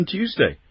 Tuesday